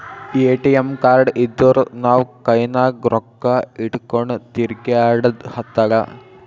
ATM card ಇದ್ದೂರ್ ನಾವು ಕೈನಾಗ್ ರೊಕ್ಕಾ ಇಟ್ಗೊಂಡ್ ತಿರ್ಗ್ಯಾಡದ್ ಹತ್ತಲಾ